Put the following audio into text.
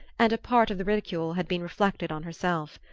and a part of the ridicule had been reflected on herself.